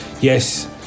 Yes